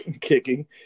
Kicking